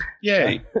Yay